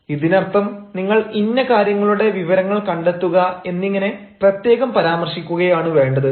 ഇതിനർത്ഥം നിങ്ങൾ ഇന്ന കാര്യങ്ങളുടെ വിവരങ്ങൾ കണ്ടെത്തുക എന്നിങ്ങനെ പ്രത്യേകം പരാമർശിക്കുകയാണ് വേണ്ടത്